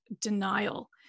denial